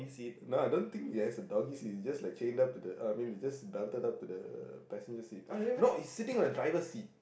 no I don't think it has a doggy seat it's just like chained up to the uh I mean it's just belted up to the passenger seat no it's sitting on the driver seat